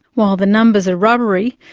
while the numbers are rubbery,